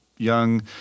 young